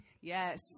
Yes